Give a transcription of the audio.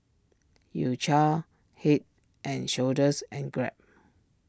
U Cha Head and Shoulders and Grab